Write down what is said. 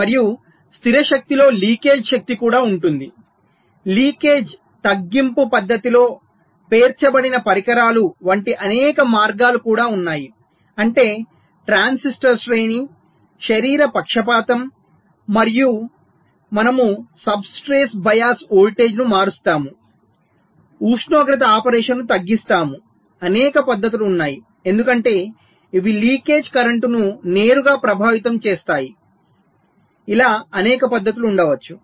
మరియు స్థిర శక్తిలో లీకేజ్ శక్తి కూడా ఉంటుంది లీకేజీ తగ్గింపు పద్ధతిలో పేర్చబడిన పరికరాలు వంటి అనేక మార్గాలు కూడా ఉన్నాయి అంటే ట్రాన్సిస్టర్ల శ్రేణి శరీర పక్షపాతం మనము సబ్స్ట్రేట్ బయాస్ వోల్టేజ్ను మారుస్తాము ఉష్ణోగ్రత ఆపరేషన్ను తగ్గిస్తాము అనేక పద్ధతులు ఉన్నాయి ఎందుకంటే ఇవి లీకేజ్ కరెంట్ను నేరుగా ప్రభావితం చేస్తాయి అనేక పద్ధతులు ఉండవచ్చు